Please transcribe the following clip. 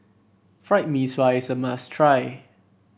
Fried Mee Sua is a must try